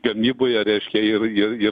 gamyboje reiškia ir ir ir